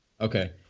Okay